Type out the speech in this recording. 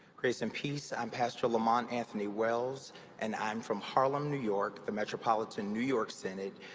grace and peace, i'm pastor lamont anthony wells and i'm from harlem, new york, the metropolitan new york synod.